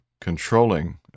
controlling